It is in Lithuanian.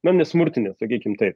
na nesmurtinė sakykim taip